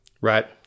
right